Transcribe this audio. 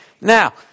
Now